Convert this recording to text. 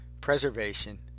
preservation